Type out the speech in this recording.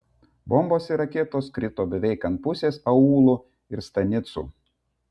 bombos ir raketos krito beveik ant pusės aūlų ir stanicų